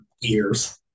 years